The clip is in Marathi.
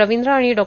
रवींद्र आणि डॉ